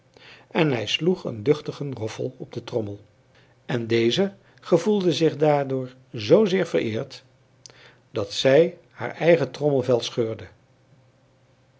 en hij sloeg een duchtigen roffel op de trommel en deze gevoelde zich daardoor zoozeer vereerd dat zij haar eigen trommelvel scheurde